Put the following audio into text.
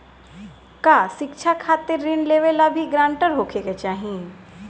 का शिक्षा खातिर ऋण लेवेला भी ग्रानटर होखे के चाही?